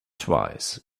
twice